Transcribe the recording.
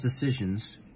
decisions